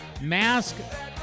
Mask